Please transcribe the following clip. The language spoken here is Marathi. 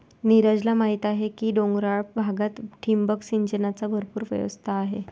नीरजला माहीत आहे की डोंगराळ भागात ठिबक सिंचनाची भरपूर व्यवस्था आहे